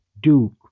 Duke